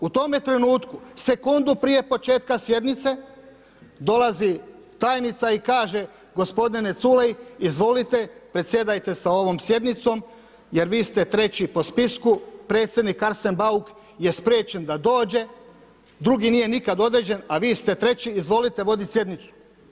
U tome trenutku, sekundu prije početka sjednice, dolazi tajnica i kaže gospodine Culej, izvolite predsjedajte sa ovom sjednicom jer vi ste trći po spisku, predsjednik Arsen bauk je spriječen da dođe, drugi nije nikad određen, a vi ste treći, izvolite voditi sjednicu.